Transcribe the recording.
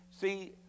see